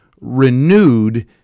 renewed